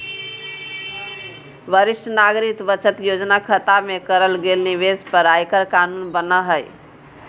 वरिष्ठ नागरिक बचत योजना खता में करल गेल निवेश पर आयकर कानून बना हइ